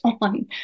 on